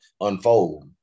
unfold